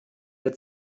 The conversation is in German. der